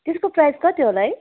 त्यसको प्राइस कति होला है